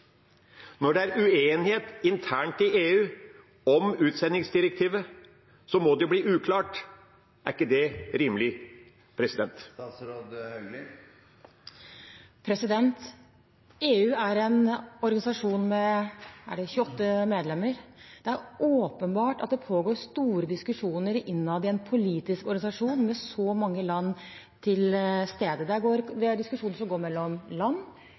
Når det er uenighet internt i EU om utsendingsdirektivet, må det jo bli uklart. Er ikke det rimelig? EU er en organisasjon med 28 medlemmer. Det er åpenbart at det pågår store diskusjoner innad i en politisk organisasjon med medlemmer fra så mange land til stede. Det er diskusjoner som går mellom land, det er diskusjoner som går mellom